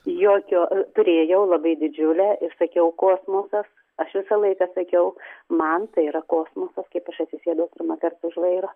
jokio turėjau labai didžiulę ir sakiau kosmosas aš visą laiką sakiau man tai yra kosmosas kaip aš atsisėdau pirmą kartą už vairo